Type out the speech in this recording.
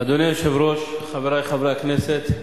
אדוני היושב-ראש, חברי חברי הכנסת,